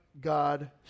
God